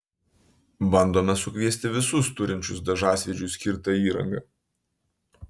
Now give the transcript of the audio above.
bandome sukviesti visus turinčius dažasvydžiui skirtą įrangą